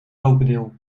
krokodil